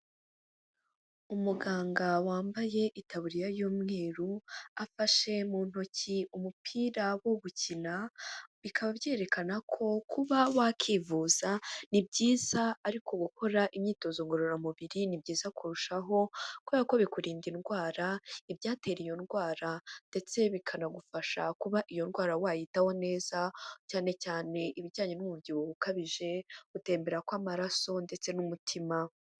Umuganga wambaye itaburiya y'umweru, afashe mu ntoki umupira wo gukina, bikaba byerekana ko kuba wakivuza ni byiza, ariko gukora imyitozo ngororamubiri ni byiza kurushaho, kubera ko bikurinda indwara, ibyatera iyo ndwara ndetse bikanagufasha kuba iyo ndwara wayitaho neza, cyane cyane ibijyanye n'umubyibuho ukabije, gutembera kw'amaraso ndetse n'umutima.